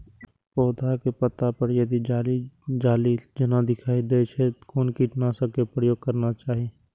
पोधा के पत्ता पर यदि जाली जाली जेना दिखाई दै छै छै कोन कीटनाशक के प्रयोग करना चाही?